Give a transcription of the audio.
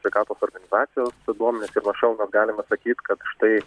sveikatos organizacijos duomenys ir nuo šiol mes galime atsakyt kad štai